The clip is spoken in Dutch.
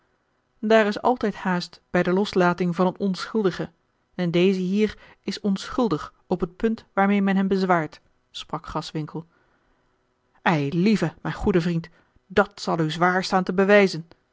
daar is altijd haast bij de loslating van een onschuldige en deze hier is onschuldig op het punt waarmeê men hem bezwaart sprak graswinckel eilieve mijn goede vriend dat zal u zwaar staan te bewijzen